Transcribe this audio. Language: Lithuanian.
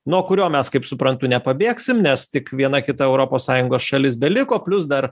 nuo kurio mes kaip suprantu nepabėgsim nes tik viena kita europos sąjungos šalis beliko plius dar